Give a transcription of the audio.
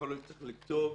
יכול להיות שצריך לכתוב